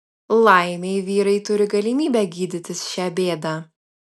laimei vyrai turi galimybę gydytis šią bėdą